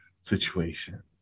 situation